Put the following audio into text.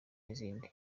nizindi